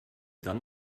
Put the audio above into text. dann